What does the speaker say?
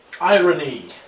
Irony